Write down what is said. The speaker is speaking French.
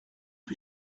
rue